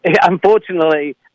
Unfortunately